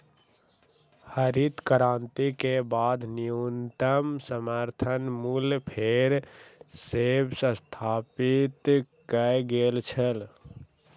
हरित क्रांति के बाद न्यूनतम समर्थन मूल्य फेर सॅ स्थापित कय गेल छल